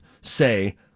say